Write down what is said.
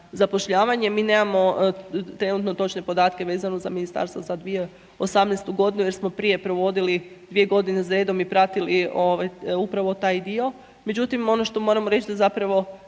Mi nemamo trenutno točne podatke vezano za ministarstvo za 2018. g. jer smo prije provodili 2 g. za redom i pratili upravo taj dio. Međutim, ono što moram reći, da zapravo